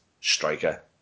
striker